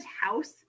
house